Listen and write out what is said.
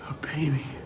baby